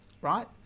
right